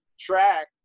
track